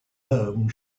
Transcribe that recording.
home